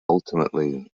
ultimately